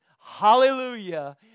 Hallelujah